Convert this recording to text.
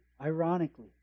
ironically